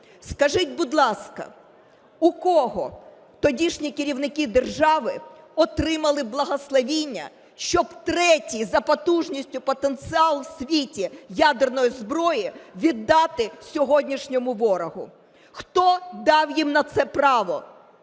Скажіть, будь ласка, у кого тодішні керівники держави отримали благословіння, щоб третій за потужністю потенціал у світі ядерної зброї віддати сьогоднішньому ворогу. Хто дав їм на це право?